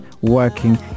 Working